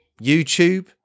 YouTube